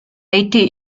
été